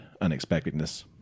unexpectedness